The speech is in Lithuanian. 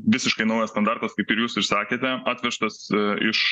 visiškai naujas standartas kaip ir jūs ir sakėte atvežtas iš